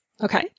Okay